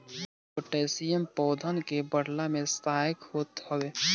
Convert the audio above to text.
potassium पौधन के बढ़ला में सहायक होत हवे